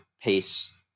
pace